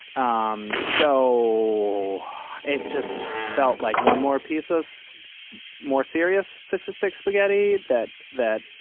um so it just felt like one more piece of more serious fascistic spaghetti that that